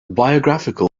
biographical